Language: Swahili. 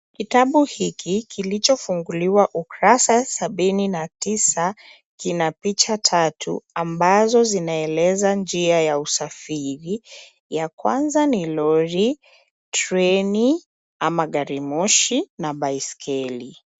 Kitabu hiki kilichofunguliwa ukurasa sabini na tisa kina picha tatu ambazo zinaeleza njia ya usafiri. Ya kwanza ni lori, treni ama gari moshi na baiskeli.